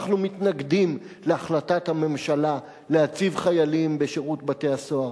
אנחנו מתנגדים להחלטת הממשלה להציב חיילים בשירות בתי-הסוהר,